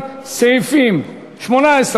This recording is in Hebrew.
אם כן,